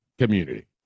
community